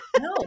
No